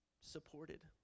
supported